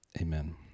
Amen